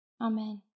Amen